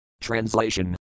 Translation